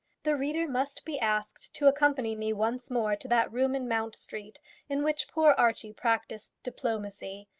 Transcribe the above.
the reader must be asked to accompany me once more to that room in mount street in which poor archie practised diplomacy,